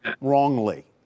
wrongly